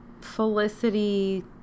Felicity